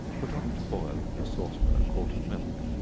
put on to boil in a sauce-pan a quart of milk,